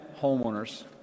homeowners